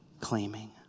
claiming